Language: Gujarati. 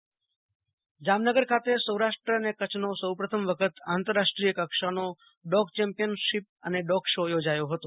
જામનગર આતરરાષ્ટ્રીય ડીગ જામનગર ખાતે સૌરાષ્ટ્ર અને કચ્છ નો સૌપ્રથમ વખત આંતરરાષ્ટ્રીય કક્ષાનો ડોગ ચેમ્પિયન શિપ અને ડોગ શો યોજાથો હતો